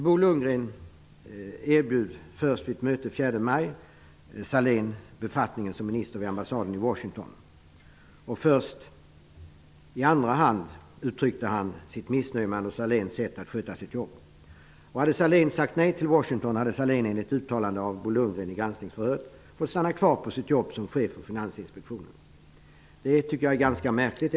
Bo Lundgren erbjöd vid ett möte den 4 maj Anders Washington. Först i andra hand uttryckte han sitt missnöje med Anders Sahléns sätt att sköta sitt jobb. Hade Anders Sahlén sagt nej till befattningen i Washington, skulle han, enligt ett uttalande av Bo Lundgren vid granskningsförhöret, ha fått stanna kvar på sitt jobb som chef för Finansinspektionen. Det tycker jag är ganska märkligt.